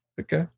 Okay